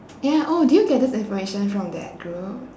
ya oh did you get this information from that group